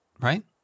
right